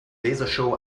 lasershow